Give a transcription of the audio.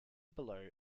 below